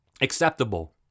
Acceptable